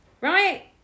Right